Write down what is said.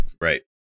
right